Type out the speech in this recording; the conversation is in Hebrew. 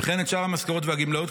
וכן את שאר המשכורות והגמלאות.